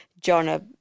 Jonah